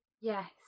yes